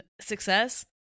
success